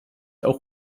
auch